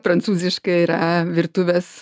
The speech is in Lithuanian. prancūziškai yra virtuvės